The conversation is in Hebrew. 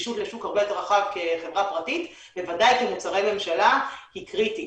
נגישות לשוק הרבה יותר רחב כחברה פרטית וודאי למוצרי ממשלה היא קריטית.